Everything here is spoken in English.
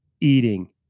eating